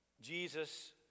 Jesus